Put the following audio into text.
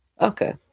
Okay